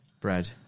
bread